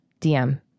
dm